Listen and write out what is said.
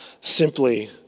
simply